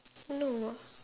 no [what]